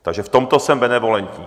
Takže v tomto jsem benevolentní.